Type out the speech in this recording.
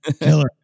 Killer